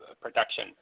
production